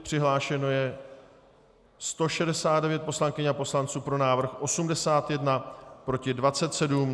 Přihlášeno je 169 poslankyň a poslanců, pro návrh 81, proti 27.